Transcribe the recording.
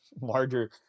larger